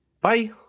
Bye